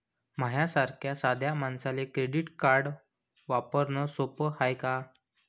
माह्या सारख्या साध्या मानसाले क्रेडिट कार्ड वापरने सोपं हाय का?